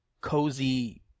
cozy